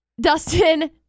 Dustin